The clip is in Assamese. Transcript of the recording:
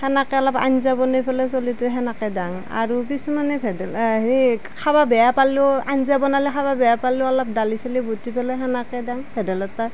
সেনেকৈ অলপ আঞ্জা বনাই পেলাই চলিটোক সেনেকৈ দাং আৰু কিছুমানে ভেদা হেৰি খাবা বেয়া পালেও আঞ্জা বনালে খাবা বেয়া পালেও দালি চালি বতি সেনেকৈ দেওঁ ভেদাইলতা